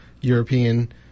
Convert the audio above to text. European